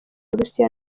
uburusiya